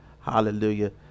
hallelujah